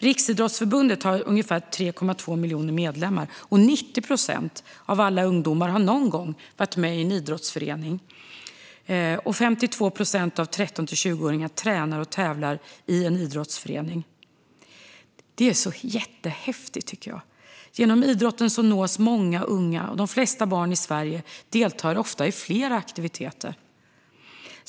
Riksidrottsförbundet har ungefär 3,2 miljoner medlemmar. 90 procent av alla ungdomar har någon gång varit med i en idrottsförening, och 52 procent av 13-20-åringar tränar och tävlar i en idrottsförening. Det är så jättehäftigt, tycker jag. Genom idrotten nås många unga, och de flesta barn i Sverige deltar ofta i flera aktiviteter.